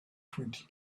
twenty